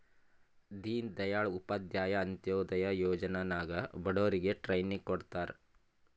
ದೀನ್ ದಯಾಳ್ ಉಪಾಧ್ಯಾಯ ಅಂತ್ಯೋದಯ ಯೋಜನಾ ನಾಗ್ ಬಡುರಿಗ್ ಟ್ರೈನಿಂಗ್ ಕೊಡ್ತಾರ್